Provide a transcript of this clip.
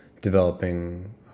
developing